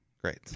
Great